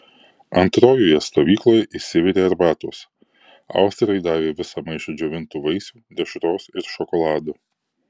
antrojoje stovykloje išsivirė arbatos austrai davė visą maišą džiovintų vaisių dešros ir šokolado